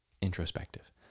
introspective